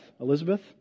Elizabeth